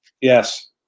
Yes